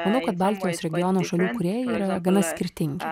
manau kad baltijos regiono šalių kūrėjai yra gana skirtingi